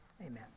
Amen